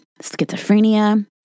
schizophrenia